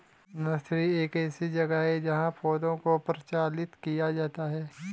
nursery एक ऐसी जगह है जहां पौधों को प्रचारित किया जाता है